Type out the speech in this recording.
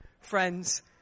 friends